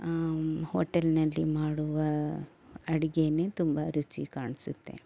ಹೋಟೆಲ್ನಲ್ಲಿ ಮಾಡುವ ಅಡಿಗೆನೇ ತುಂಬ ರುಚಿ ಕಾಣಿಸುತ್ತೆ